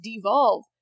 devolve